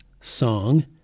song